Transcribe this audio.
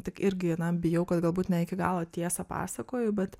tik irgi na bijau kad galbūt ne iki galo tiesą pasakoju bet